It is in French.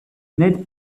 ned